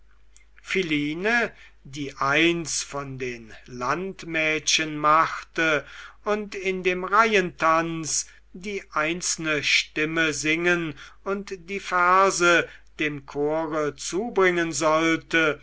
philine die eins von den landmädchen machte und in dem reihentanz die einzelne stimme singen und die verse dem chore zubringen sollte